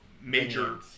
major